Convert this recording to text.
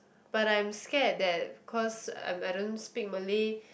but I'm scared that cause um I don't speak Malay